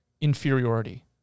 inferiority